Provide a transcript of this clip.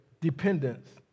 dependence